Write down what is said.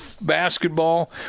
basketball